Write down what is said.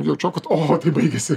jaučiau kad o tai baigėsi